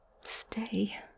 Stay